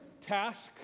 task